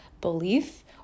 belief